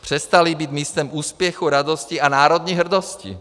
Přestaly být místem úspěchu, radosti a národní hrdosti.